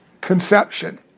conception